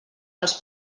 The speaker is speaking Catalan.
dels